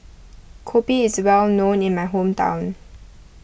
Kopi is well known in my hometown